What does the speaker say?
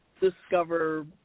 discover